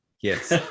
yes